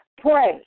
pray